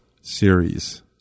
series